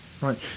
Right